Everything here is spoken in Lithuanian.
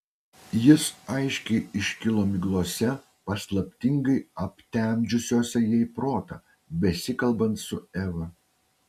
jis aiškiai iškilo miglose paslaptingai aptemdžiusiose jai protą besikalbant su eva